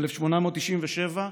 ב-1897,